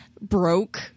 broke